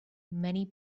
many